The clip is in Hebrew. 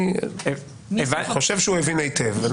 אני חושב שהוא הבין היטב.